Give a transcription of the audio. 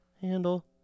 handle